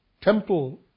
temple